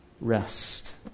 rest